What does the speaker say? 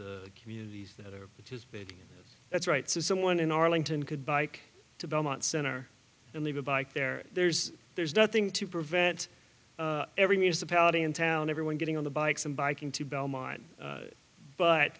the communities that are which is big that's right so someone in arlington could bike to belmont center and leave a bike there there's there's nothing to prevent every municipality in town everyone getting on the bikes and biking to belmont